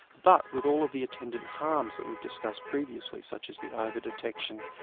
but with all of the attendant harms that we've discussed previously such as the over-detection,